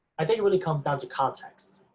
i think it really comes down to context,